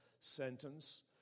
sentence